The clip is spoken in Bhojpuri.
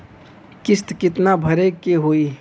किस्त कितना भरे के होइ?